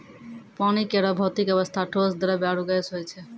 पानी केरो भौतिक अवस्था ठोस, द्रव्य आरु गैस होय छै